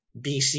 BC